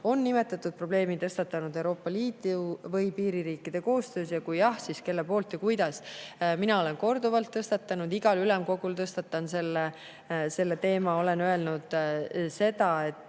on nimetatud probleemi tõstatanud Euroopa Liidu või piiririikide koostöös ja kui jah, siis kelle poolt ja kuidas?" Mina olen korduvalt tõstatanud, igal ülemkogul tõstatan selle teema. Olen öelnud seda, et